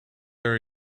are